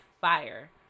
fire